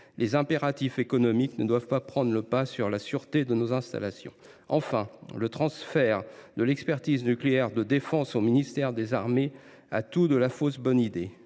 Les impératifs économiques ne doivent pas prendre le pas sur la sûreté de nos installations. Enfin, le transfert de l’expertise nucléaire de défense au ministère des armées a tout de la fausse bonne idée.